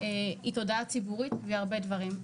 היא תודעה ציבורית והיא עוד הרבה דברים.